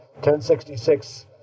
1066